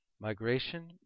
Migration